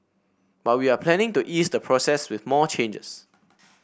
but we are planning to ease the process with more changes